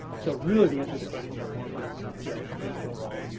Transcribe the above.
so really the answer to the question, bethany, is he had three children.